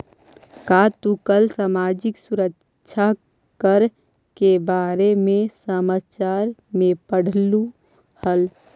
का तू कल सामाजिक सुरक्षा कर के बारे में समाचार में पढ़लू हल